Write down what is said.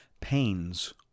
Pains